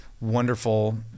wonderful